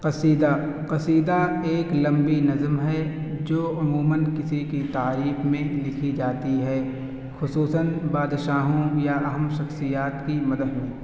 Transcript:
قصیدہ قصیدہ ایک لمبی نظم ہے جو عموماً کسی کی تعریپ میں لکھی جاتی ہے خصوصاً بادشاہوں یا اہم شخصیات کی مدح میں